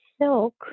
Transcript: silk